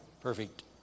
perfect